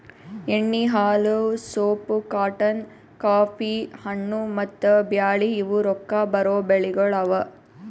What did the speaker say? ಎಣ್ಣಿ, ಹಾಲು, soap, cotton, coffee, ಹಣ್ಣು, ಮತ್ತ ಬ್ಯಾಳಿ ಇವು ರೊಕ್ಕಾ ಬರೋ ಬೆಳಿಗೊಳ್ ಅವಾ